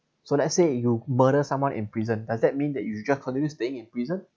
so let's say you murder someone in prison does that mean that you just continue staying in prison